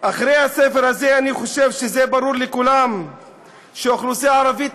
אחרי הספר הזה אני חושב שברור לכולם שהאוכלוסייה הערבית,